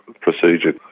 procedure